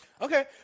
Okay